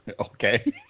Okay